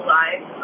life